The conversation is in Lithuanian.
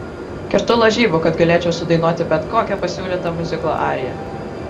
kertu lažybų kad galėčiau sudainuoti bet kokią pasiūlytą miuziklo ariją